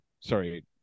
sorry